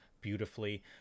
beautifully